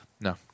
No